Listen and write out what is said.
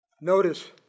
Notice